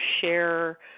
share